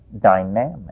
dynamic